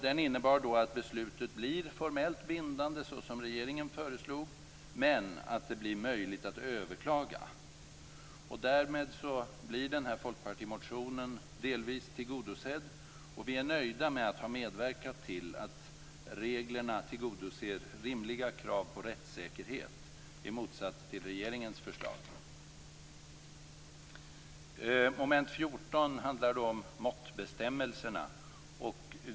Denna innebar att beslutet blir formellt bindande, såsom regeringen föreslog, men att det blir möjligt att överklaga. Därmed blir den här folkpartimotionen delvis tillgodosedd. Vi är nöjda med att ha medverkat till att reglerna tillgodoser rimliga krav på rättssäkerhet, i motsats till regeringens förslag. Mom. 14 handlar om måttbestämmelserna.